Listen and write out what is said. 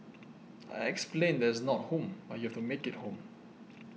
I explained that it's not home but you have to make it home